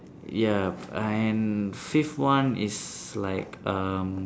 ya and fifth one is like um